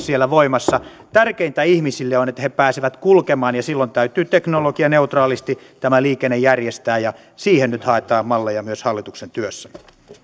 siellä voimassa tärkeintä ihmisille on että he pääsevät kulkemaan ja silloin täytyy teknologianeutraalisti tämä liikenne järjestää ja siihen nyt haetaan malleja myös hallituksen työssä